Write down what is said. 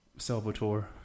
Salvatore